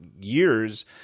years